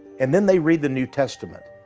and then they read the new testament,